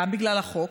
גם בגלל החוק